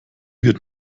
wird